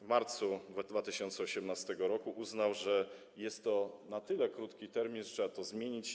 W marcu 2018 r. uznał, że jest to na tyle krótki termin, że trzeba to zmienić.